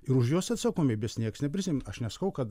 ir už juos atsakomybės nieks neprisiimt aš nesakau kad